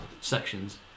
sections